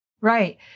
Right